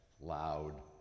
loud